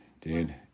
dude